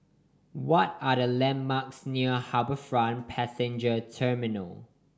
what are the landmarks near HarbourFront Passenger Terminal